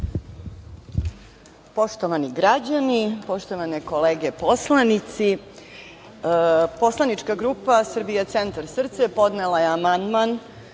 Poštovani građani, poštovane kolege poslanici, poslanička grupa „Srbija centar srce“ podnela je amandman